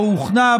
או הוכנה,